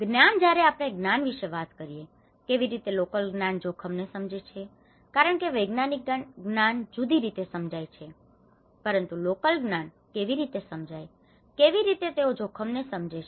જ્ઞાન જયારે આપણે જ્ઞાન વિશે વાત કરીએ કેવી રીતે લોકલ જ્ઞાન જોખમ ને સમજે છે કારણ કે વૈજ્ઞાનિક જ્ઞાન જુદી રીતે સમજાય છે પરંતુ લોકલ જ્ઞાન કેવી રીતે સમજાય છે કેવી રીતે તેઓ જોખમ ને સમજે છે